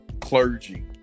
clergy